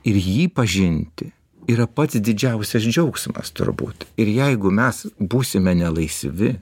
ir jį pažinti yra pats didžiausias džiaugsmas turbūt ir jeigu mes būsime nelaisvi